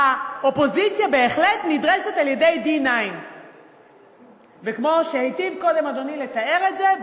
האופוזיציה בהחלט נדרסת על-ידי D9. וכמו שהיטיב קודם אדוני לתאר את זה,